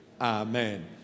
amen